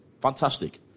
Fantastic